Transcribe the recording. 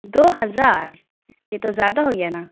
دو ہزار یہ تو زیادہ ہو گیا نا